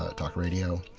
ah talk radio.